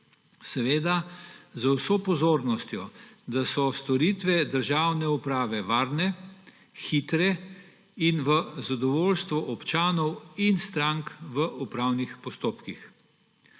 Seveda z vso pozornostjo, da so storitve državne uprave varne, hitre in v zadovoljstvo občanov in strank v upravnih postopkih.